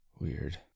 Weird